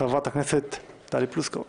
חברת הכנסת טלי פלוסקוב.